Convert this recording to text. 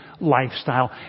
lifestyle